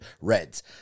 Reds